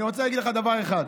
אני רוצה להגיד דבר אחד: